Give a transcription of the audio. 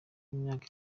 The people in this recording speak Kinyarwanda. imyaka